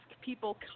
people